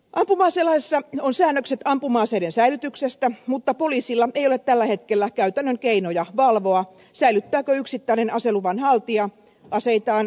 ampuma aselaissa on säännökset ampuma aseiden säilytyksestä mutta poliisilla ei ole tällä hetkellä käytännön keinoja valvoa säilyttääkö yksittäinen aseluvan haltija aseitaan säilytyssäännösten mukaisesti